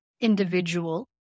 individual